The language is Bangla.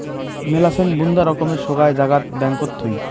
মেলাছেন বুন্দা রকমের সোগায় জাগাত ব্যাঙ্কত থুই